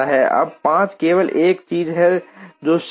अब 5 केवल एक चीज है जो शेष है